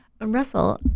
Russell